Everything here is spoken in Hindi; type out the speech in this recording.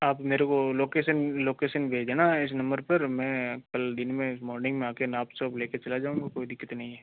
आप मेरे को लोकेसन लोकेसन भेजना इस नम्बर पर मैं कल दिन में मॉर्निंग में आ कर नाप सब ले कर चला जाऊँगा कोई दिक्कत नहीं है